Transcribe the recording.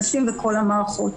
נשים וכל המערכות.